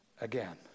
again